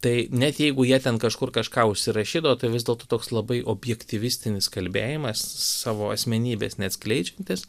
tai net jeigu jie ten kažkur kažką užsirašydavo tai vis dėlto toks labai objektyvistinis kalbėjimas savo asmenybės neatskleidžiantis